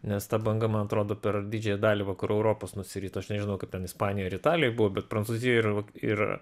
nes ta banga man atrodo per didžiąją dalį vakarų europos nusirito aš nežinau kaip ten ispanijoj ar italijoj buvo bet prancūzijoj ir ir